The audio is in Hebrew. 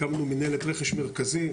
הקמנו מינהלת רכש מרכזי,